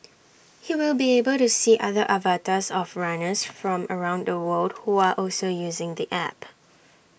he will be able to see other avatars of runners from around the world who are also using the app